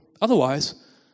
Otherwise